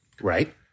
Right